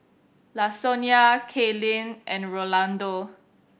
Lasonya Kaylin and Rolando